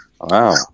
Wow